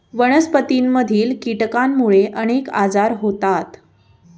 वनस्पतींमधील कीटकांमुळे अनेक आजार होतात